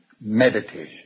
meditation